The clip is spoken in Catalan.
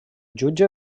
jutge